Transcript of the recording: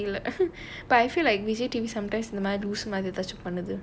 அதனால தெரில:athanaala therila but I feel like vijay T_V sometimes இந்த மாரி லூசு மாதிரி:intha maari loosu maathiri